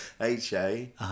H-A